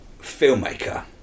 filmmaker